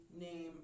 name